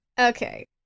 Okay